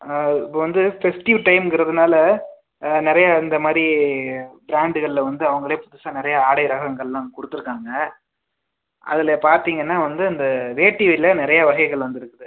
ஆ இப்போ வந்து ஃபெஸ்டிவ் டைம்ங்கிறதுனால ஆ நிறைய இந்த மாதிரி ப்ராண்டுகளில் வந்து அவங்களே புதுசாக நிறையா ஆடை ரகங்கள்லாம் கொடுத்துருக்காங்க அதில் பார்த்தீங்கன்னா வந்து அந்த வேட்டி வகைகளில் நிறையா வகைகள் வந்துருக்குது